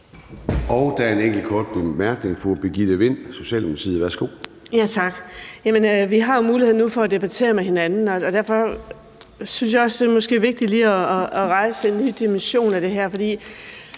Vi har jo muligheden nu for at debattere det med hinanden, og derfor synes jeg også, det er vigtigt lige at rejse det med dimensioneringen af det her.